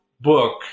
book